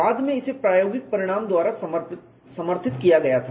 बाद में इसे प्रायोगिक परिणाम द्वारा समर्थित किया गया था